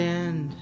end